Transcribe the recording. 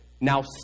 now